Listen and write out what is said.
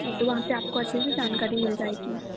हाँ तो वहाँ से आपको अच्छे से जानकारी मिल जायेगी